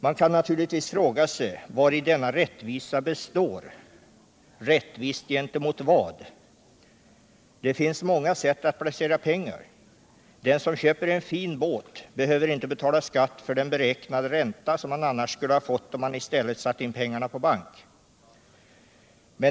Man kan naturligtvis fråga sig vari denna rättvisa består — rättvist gentemot vad? Det finns många sätt att placera pengar. Den som köper en fin båt behöver inte betala skatt på den beräknade ränta som han skulle ha fått om han i stället satt in pengarna på bank.